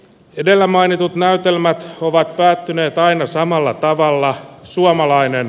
edellä mainitut näytelmät ovat päättyneet aina samalla tavalla suomalainen